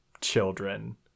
children